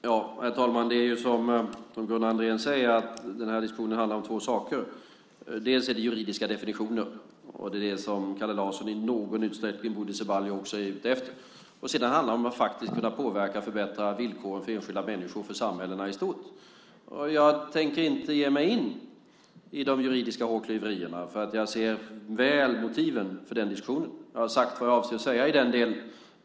Herr talman! Det är som Gunnar Andrén säger. Den här diskussionen handlar om två saker. Det är juridiska definitioner och det som Kalle Larsson, och i någon utsträckning Bodil Ceballos också, är ute efter. Det handlar också om att faktiskt kunna påverka och förbättra villkoren för enskilda människor och för samhällena i stort. Jag tänker inte ge mig in i de juridiska hårklyverierna, för jag ser tydligt motiven för den diskussionen. Jag har sagt vad jag avser att säga i den delen.